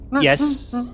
Yes